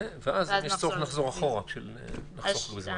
ואז אם יש צורך נחזור אחורה, בשביל לחסוך בזמן.